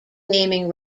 naming